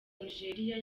nigeria